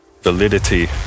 validity